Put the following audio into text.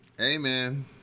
Amen